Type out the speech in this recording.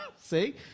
See